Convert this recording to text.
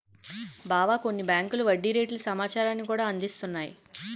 బావా కొన్ని బేంకులు వడ్డీ రేట్ల సమాచారాన్ని కూడా అందిస్తున్నాయి